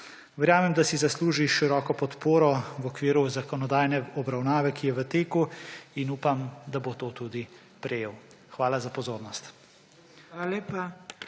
Verjamem, da si zasluži široko podporo v okviru zakonodajne obravnave, ki je v teku. In upam, da bo to tudi prejel. Hvala za pozornost.